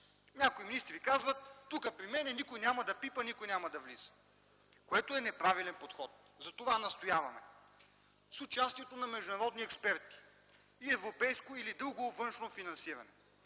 Някои министри казват: „Тук, при мен никой няма да пипа, никой няма да влиза!”, което е неправилен подход. Затова настояваме: с участието на международни експерти, с европейско или друго външно финансиране